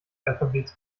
alphabets